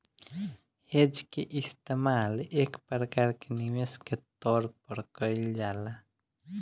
hedge के इस्तेमाल एक प्रकार के निवेश के तौर पर कईल जाला